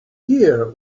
here